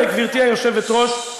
גברתי היושבת-ראש,